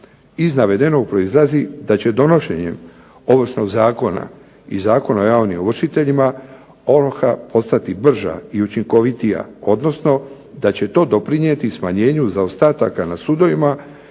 Iz navedenog proizlazi da će donošenjem Ovršnog zakona i Zakona o javnim ovršiteljima ovrha postati brža i učinkovitija odnosno da će to doprinijeti smanjenju zaostataka na sudovima